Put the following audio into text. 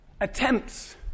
attempts